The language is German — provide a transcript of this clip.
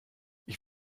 ich